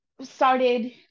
started